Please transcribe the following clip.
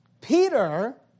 Peter